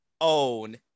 own